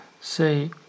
Say